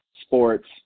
sports